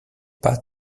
pas